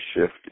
shift